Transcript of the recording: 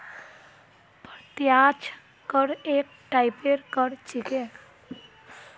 प्रत्यक्ष कर एक टाइपेर कर छिके